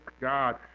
God